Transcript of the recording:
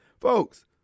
folks